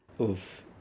Oof